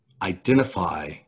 identify